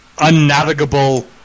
unnavigable